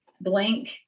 blank